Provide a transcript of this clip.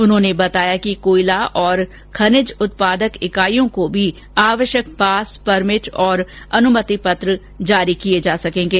उन्होंने बताया कि कोयला और खनिज मिनरल उत्पादक इकाइयों को भी आवश्यक पास परमिट और अनुमति पत्र जारी किए जा सकेंगे